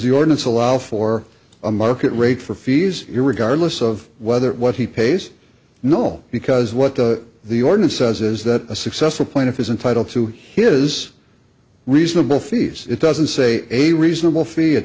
the ordinance allow for a market rate for fees regardless of whether what he pays no because what the ordinance says is that a successful plaintiff is entitle to his reasonable fees it doesn't say a reasonable fee it